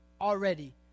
already